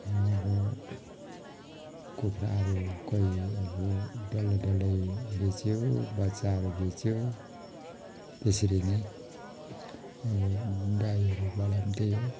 अब कुखुराहरू कोही अब डल्लो डल्लै बेच्यो बच्चाहरू बेच्यो त्यसरी नै अब गाईहरूबाट पनि त्यही हो